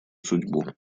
судьбу